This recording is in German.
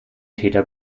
täter